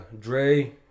Dre